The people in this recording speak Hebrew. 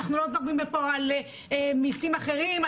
אנחנו לא מדברים פה על מיסים אחרים,